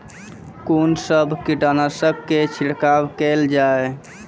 कून सब कीटनासक के छिड़काव केल जाय?